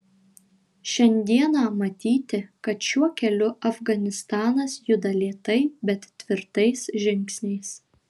šiandieną matyti kad šiuo keliu afganistanas juda lėtai bet tvirtais žingsniais